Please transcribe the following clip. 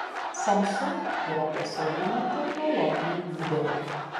samsung yra pasaulinė technologijų lyderė